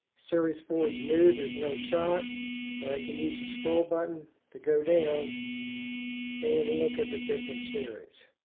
series four is new. there's no shots, but i can use the scroll button to go down and look at the different series.